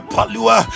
Palua